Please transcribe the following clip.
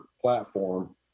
platform